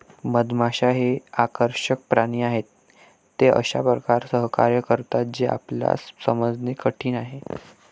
मधमाश्या हे आकर्षक प्राणी आहेत, ते अशा प्रकारे सहकार्य करतात जे आपल्याला समजणे कठीण आहे